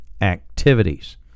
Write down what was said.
activities